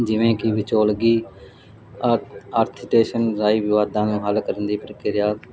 ਜਿਵੇਂ ਕਿ ਵਿਚੋਲਗੀ ਆ ਅਰਥ ਅਤੇ ਸੰਘਾਈ ਵਿਵਾਦਾਂ ਨੂੰ ਹੱਲ ਕਰਨ ਦੀ ਪ੍ਰਕਿਰਿਆ